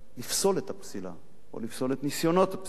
את הפסילה או לפסול את ניסיונות הפסילה.